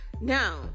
Now